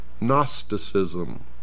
Gnosticism